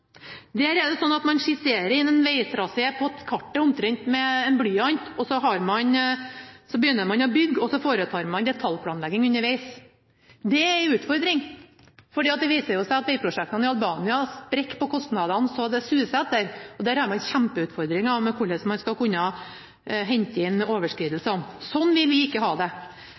er det sånn at man skisserer inn en veitrasé på kartet omtrent med blyant, så begynner man å bygge, og så foretar man detaljplanleggingen underveis. Men det viser seg jo at veiprosjektene i Albania sprekker så det suser på kostnadene, så der har man kjempeutfordringer med hvordan man skal kunne hente inn overskridelsene. Sånn vil vi ikke ha det.